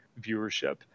viewership